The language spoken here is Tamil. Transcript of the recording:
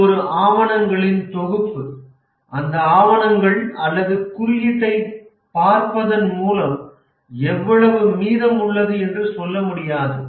இது ஒரு ஆவணங்களின் தொகுப்பு அந்த ஆவணங்கள் அல்லது குறியீட்டைப் பார்ப்பதன் மூலம் எவ்வளவு மீதமுள்ளது என்று சொல்ல முடியாது